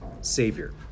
savior